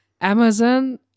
Amazon